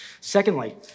Secondly